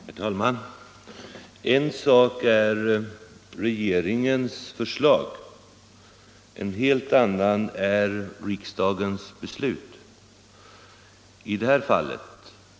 Herr talman! En sak är regeringens förslag, en helt annan är riksdagens beslut.